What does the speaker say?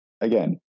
again